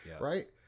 right